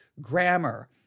grammar